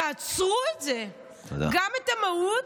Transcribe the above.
תעצרו את זה, גם את המהות,